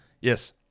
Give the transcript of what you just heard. Yes